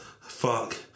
Fuck